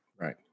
Right